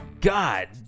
God